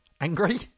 Angry